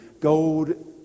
Gold